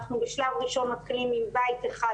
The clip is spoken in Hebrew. אנחנו בשלב ראשון מתחילים עם בית אחד,